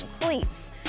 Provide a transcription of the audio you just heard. cleats